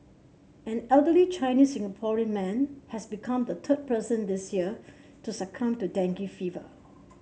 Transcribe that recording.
an elderly Chinese Singaporean man has become the third person this year to succumb to dengue fever